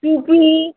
টুপি